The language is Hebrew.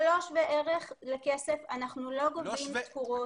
זה לא שווה ערך לכסף, אנחנו לא גובים תקורות.